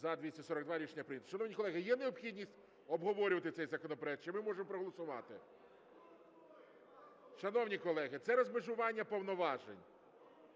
За-242 Рішення прийнято. Шановні колеги, є необхідність обговорювати цей законопроект чи ми можемо проголосувати? Шановні колеги, це розмежування повноважень.